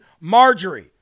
Marjorie